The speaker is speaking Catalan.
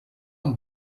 amb